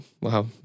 wow